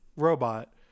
robot